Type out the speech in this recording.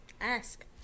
ask